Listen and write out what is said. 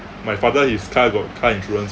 my father his car got car insurance